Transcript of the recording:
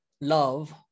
love